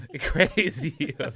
crazy